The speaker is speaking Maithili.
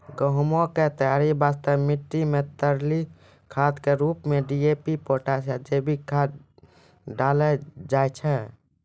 गहूम के खेत तैयारी वास्ते मिट्टी मे तरली खाद के रूप मे डी.ए.पी पोटास या जैविक खाद डालल जाय छै